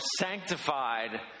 sanctified